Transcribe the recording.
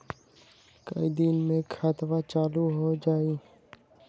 कई दिन मे खतबा चालु हो जाई?